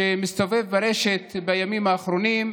שמסתובב ברשת בימים האחרונים,